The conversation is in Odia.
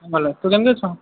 ହଁ ଭଲ ତୁ କେମିତି ଅଛୁ